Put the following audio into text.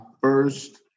first